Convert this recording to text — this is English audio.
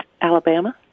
Alabama